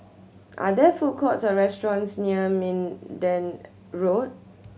are there food courts or restaurants near Minden Road